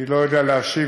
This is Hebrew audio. אני לא יודע להשיב,